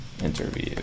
Interview